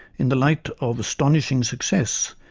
in the light of astonishing success,